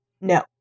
no